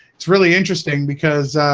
it's really interesting because